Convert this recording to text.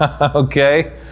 Okay